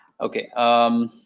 Okay